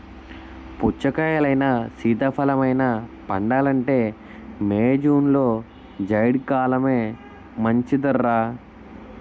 పుచ్చకాయలైనా, సీతాఫలమైనా పండాలంటే మే, జూన్లో జైద్ కాలమే మంచిదర్రా